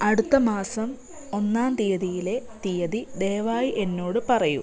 അടുത്ത മാസം ഒന്നാം തീയതിയിലെ തീയതി ദയവായി എന്നോട് പറയൂ